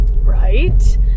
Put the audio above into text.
right